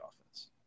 offense